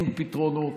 אין פתרונות,